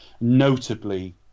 notably